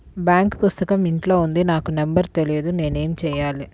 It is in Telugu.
బాంక్ పుస్తకం ఇంట్లో ఉంది నాకు నంబర్ తెలియదు నేను ఏమి చెయ్యాలి?